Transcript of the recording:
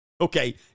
okay